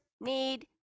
need